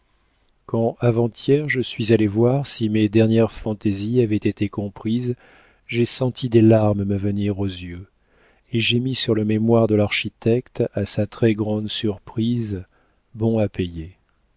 quand avant-hier je suis allée voir si mes dernières fantaisies avaient été comprises j'ai senti des larmes me venir aux yeux et j'ai mis sur le mémoire de l'architecte à sa très grande surprise bon à payer